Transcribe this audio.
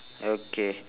okay